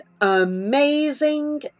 amazing